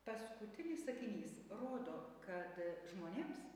paskutinis sakinys rodo kad žmonėms